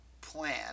plan